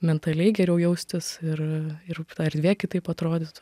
mentaliai geriau jaustis ir ir ta erdvė kitaip atrodytų